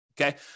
okay